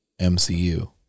MCU